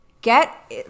Get